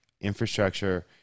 infrastructure